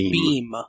beam